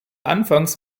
anfangs